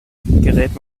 gerät